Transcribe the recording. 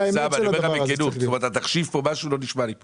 אומר לך בכנות שהתחשיב כאן, משהו לא נשמע לי כאן.